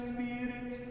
Spirit